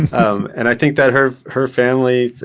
um and i think that her her family,